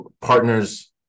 partners